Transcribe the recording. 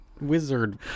wizard